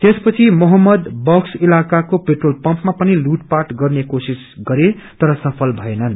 त्यसपछि मोहम्मद बक्स इलाकाको पेट्रोल पम्पामा पनि लुटपाट गर्ने कोशिश गरे तर सफल भएनन्